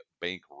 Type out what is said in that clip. bank